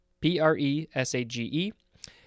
P-R-E-S-A-G-E